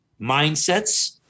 mindsets